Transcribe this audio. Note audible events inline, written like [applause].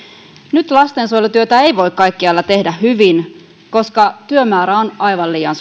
nyt lastensuojelutyötä ei voi kaikkialla tehdä hyvin koska työmäärä on aivan liian [unintelligible]